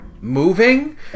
moving